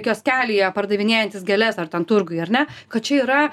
kioskelyje pardavinėjantis gėles ar ten turguj ar ne kad čia yra